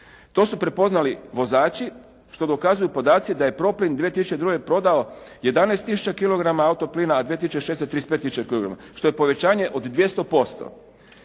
To su prepoznali vozači što dokazuju podaci da je “Proplin“ 2002. godine prodao 11000 kg auto plina, a 2006. 35000 kg što je povećanje od 200%.